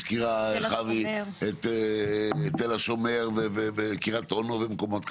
הזכירה חוה את תל השומר וקרית אונו ומקומות כאלה.